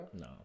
No